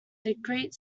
discrete